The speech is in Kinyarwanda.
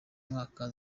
mwaka